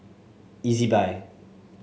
E Z buy